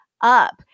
up